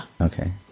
Okay